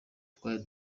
twari